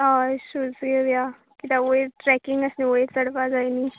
हय शूज घेवया कित्याक वयर ट्रॅकिंग आस न्हय वयर चडपाक जाय न्हय